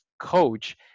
coach